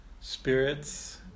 spirits